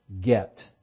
get